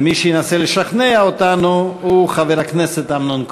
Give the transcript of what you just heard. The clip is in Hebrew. מי שינסה לשכנע אותנו הוא חבר הכנסת אמנון כהן.